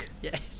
Yes